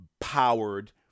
powered